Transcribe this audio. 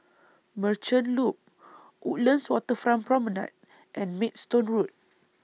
Merchant Loop Woodlands Waterfront Promenade and Maidstone Road